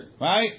Right